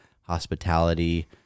hospitality